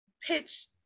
pitch